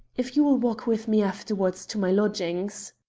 if you will walk with me afterwards to my lodgings.